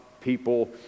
people